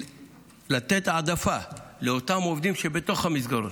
לתת העדפה לאותם עובדים שבתוך המסגרות.